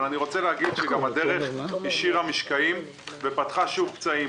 אבל אני רוצה להגיד שהדרך גם השאירה משקעים ופתחה שוב פצעים.